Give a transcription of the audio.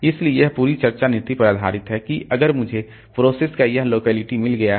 इसलिए यह पूरी चर्चा नीति पर आधारित है कि अगर मुझे प्रोसेस का यह लोकेलिटी मिल गया है